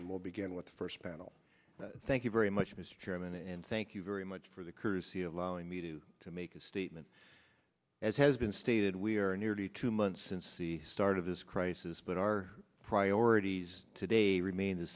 will begin with the first panel thank you very much mr chairman and thank you very much for the courtesy of allowing me to to make a statement as has been stated we are nearly two months n c start of this crisis but our priorities today remain the